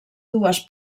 dues